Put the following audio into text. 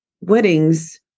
weddings